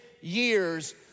years